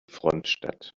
frontstadt